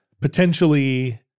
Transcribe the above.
potentially